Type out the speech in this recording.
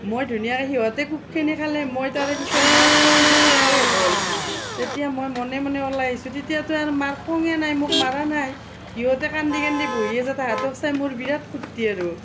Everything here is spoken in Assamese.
মই ধুনীয়াকৈ সিহঁতে কোবখিনি খালে মই তাৰে পিছত মাৰ খং যেতিয়া শেষ হ'ল তেতিয়া মই মনে মনে ওলাই আহিছো তেতিয়াতো আৰ মাৰ খঙে নাই মোক মৰা নাই ইহঁতে কান্দি কান্দি বহি আছে তাহাঁতক চাই মোৰ বিৰাট ফূৰ্তি আৰু